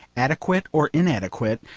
adequate or inadequate,